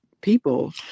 people